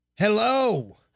Hello